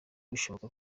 bishoboka